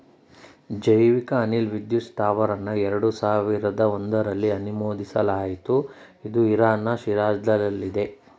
ಜೈವಿಕ ಅನಿಲ ವಿದ್ಯುತ್ ಸ್ತಾವರನ ಎರಡು ಸಾವಿರ್ದ ಒಂಧ್ರಲ್ಲಿ ಅನುಮೋದಿಸಲಾಯ್ತು ಇದು ಇರಾನ್ನ ಶಿರಾಜ್ನಲ್ಲಿದೆ